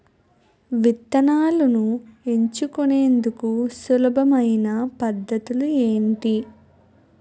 విత్తనాలను ఎంచుకునేందుకు సులభమైన పద్ధతులు ఏంటి?